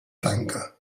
tanca